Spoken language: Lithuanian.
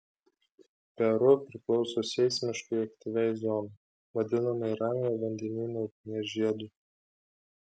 peru priklauso seismiškai aktyviai zonai vadinamai ramiojo vandenyno ugnies žiedui